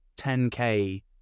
10K